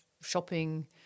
shopping